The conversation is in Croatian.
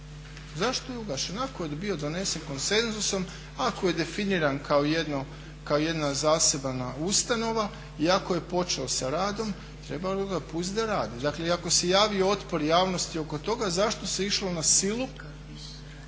Zašto je ugašen ako je bio donesen konsenzusom, ako je definiran kao jedna zasebna ustanova i ako je počeo sa radom trebalo ga je pustit da radi. Dakle i ako se javio otpor javnosti oko toga zašto se išlo na silu